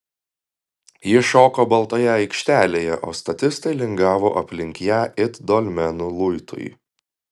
ji šoko baltoje aikštelėje o statistai lingavo aplink ją it dolmenų luitui